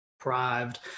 deprived